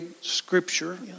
scripture